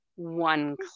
one